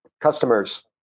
customers